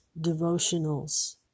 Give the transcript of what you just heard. Devotionals